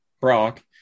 Brock